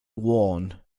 worn